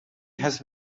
has